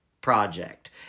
project